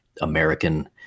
American